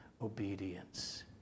obedience